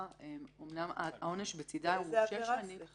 אמנם העונש לצדה הוא שש שנים -- איזו עבירה?